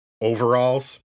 overalls